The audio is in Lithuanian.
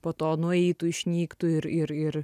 po to nueitų išnyktų ir ir ir